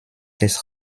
des